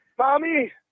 Mommy